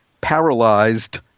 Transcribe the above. paralyzed